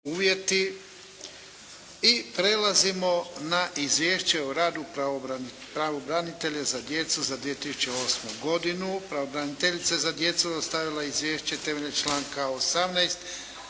(HDZ)** Prelazimo na - Izvješće o radu pravobranitelja za djecu za 2007. godinu Pravobraniteljica za djecu dostavila je izvješće temeljem članka 18.